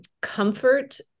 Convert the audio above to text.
comfort